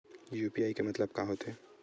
UPI के मतलब का होथे?